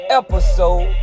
episode